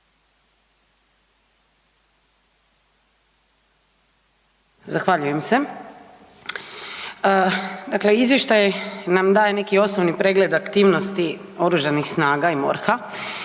Zahvaljujem se. Dakle, izvještaj nam daje neki osnovi pregled aktivnosti oružanih snaga i MORH-a.